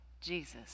Jesus